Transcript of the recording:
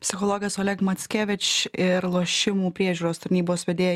psichologas olegas mackevič ir lošimų priežiūros tarnybos vedėja